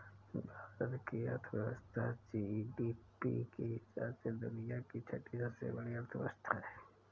भारत की अर्थव्यवस्था जी.डी.पी के हिसाब से दुनिया की छठी सबसे बड़ी अर्थव्यवस्था है